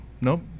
nope